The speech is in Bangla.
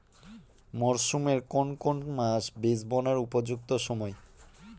মরসুমের কোন কোন মাস বীজ বোনার উপযুক্ত সময়?